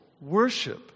worship